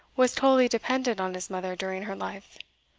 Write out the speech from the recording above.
was totally dependent on his mother during her life.